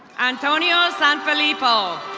antonio sanfilipo.